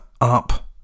up